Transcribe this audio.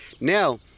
now